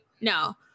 No